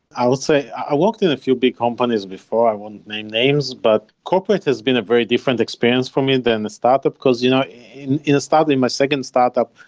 i would say, i worked in a few big companies before. i won't name names, but corporate has been a very different experience for me than a startup. because you know in in starting my second startup,